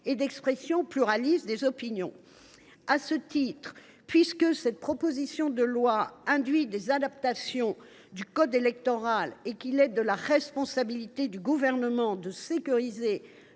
et d’expression pluraliste des opinions. À ce titre, puisque cette proposition de loi induit des adaptations du code électoral et qu’il est de la responsabilité du Gouvernement de sécuriser